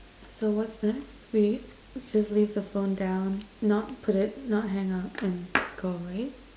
so what's next we we just leave the phone down not put it not hang up and go right